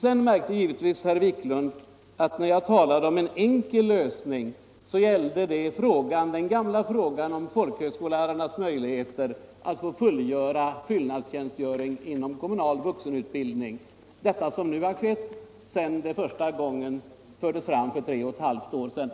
Sedan märkte givetvis herr Wiklund att när jag talade om en enkel lösning gällde det den gamla frågan om folkhögskolelärarnas möjligheter att få fullgöra fyllnadstjänstgöring inom kommunal vuxenutbildning — detta som nu har skett sedan det fördes fram första gången för tre och ett halvt år sedan.